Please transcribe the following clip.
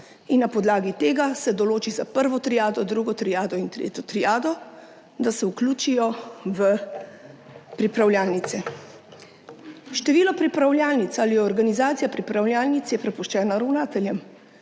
in na podlagi tega se določi za prvo triado, drugo triado in tretjo triado, da se vključijo v pripravljalnice. Število pripravljalnic ali organizacija pripravljalnic je prepuščena ravnateljem.